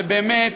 זה באמת